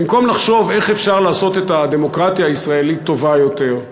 במקום לחשוב איך אפשר לעשות את הדמוקרטיה הישראלית טובה יותר,